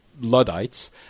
Luddites